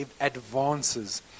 advances